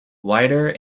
wider